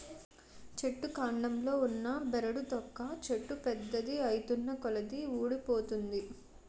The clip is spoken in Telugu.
చెట్టు కాండంలో ఉన్న బెరడు తొక్క చెట్టు పెద్దది ఐతున్నకొలది వూడిపోతుంది